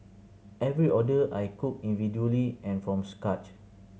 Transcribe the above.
every order I cooked individually and from scratch